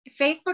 Facebook